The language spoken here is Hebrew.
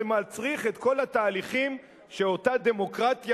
זה מצריך את כל התהליכים שאותה דמוקרטיה